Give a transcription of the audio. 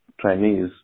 Chinese